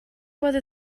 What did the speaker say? whether